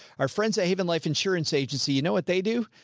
our friends at haven life insurance agency, you know what they do.